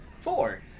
Four